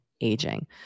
aging